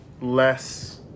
less